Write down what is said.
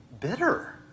bitter